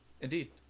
Indeed